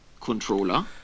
controller